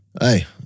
Hey